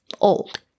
old